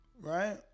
right